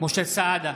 משה סעדה,